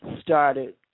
started